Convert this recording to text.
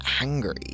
angry